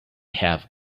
have